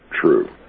true